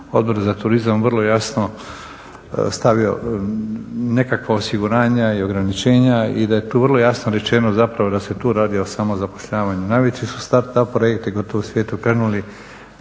Odbora za turizam vrlo jasno stavio nekakva osiguranja i ograničenja i da je tu vrlo jasno rečeno zapravo da se tu radi o samozapošljavanju. Najveći su …/Govornik se ne razumije./… projekti gotovo u svijetu krenuli